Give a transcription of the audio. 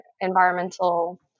environmental